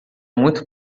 muito